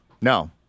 No